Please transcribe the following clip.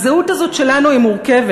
הזהות הזאת שלנו היא מורכבת,